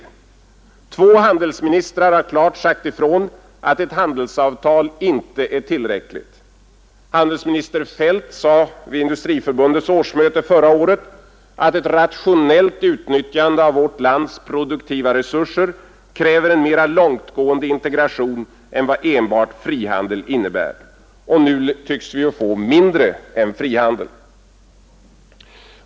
Två handelsministrar har klart sagt ifrån att ett handelsavtal inte är tillräckligt. Handelsminister Feldt sade vid Industri förbundets årsmöte förra året att ett rationellt utnyttjande av vårt lands produktiva resurser kräver en mera långtgående integration än vad enbart frihandel innebär. Och nu tycks vi få mindre än frihandel.